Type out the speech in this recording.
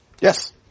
Yes